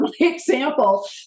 example